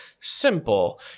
simple